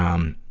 um,